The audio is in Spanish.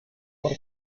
por